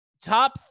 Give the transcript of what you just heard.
Top